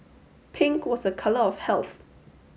pink was a colour of health